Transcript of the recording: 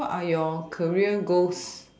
what are your career goals